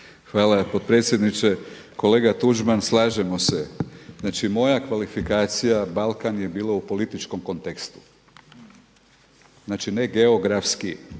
Hvala potpredsjedniče. Kolega Tuđman, slažemo se, znači moja kvalifikacija Balkan je bilo u političkom kontekstu. Znači ne geografski,